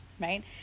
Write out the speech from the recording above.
right